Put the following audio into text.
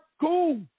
cool